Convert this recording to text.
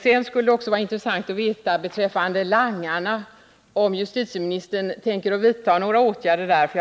Det skulle vidare i vad gäller langarna vara intressant att veta, om justitieministern tänker vidta några åtgärder mot dessa.